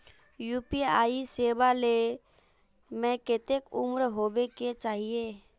UPI सेवा ले में कते उम्र होबे के चाहिए?